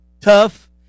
tough